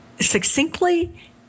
succinctly